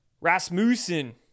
Rasmussen